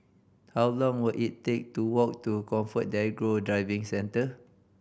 how long will it take to walk to ComfortDelGro Driving Centre